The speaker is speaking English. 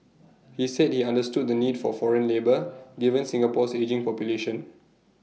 he said he understood the need for foreign labour given Singapore's ageing population